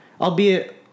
Albeit